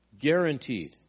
Guaranteed